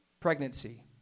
pregnancy